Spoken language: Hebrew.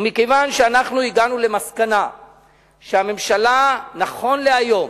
ומכיוון שאנחנו הגענו למסקנה שהממשלה, נכון להיום,